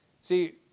See